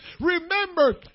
Remember